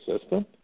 system